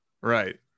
Right